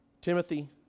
Timothy